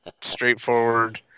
straightforward